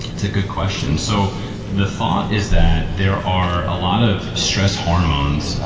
that's a good question. so the thought is that there are a lot of stress hormones,